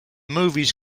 movies